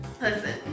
Listen